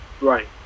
right